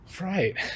Right